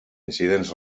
incidents